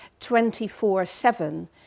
24-7